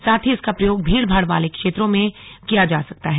साथ ही इसका प्रयोग भीड़भाड़ वाले क्षेत्रों में किया जा सकता है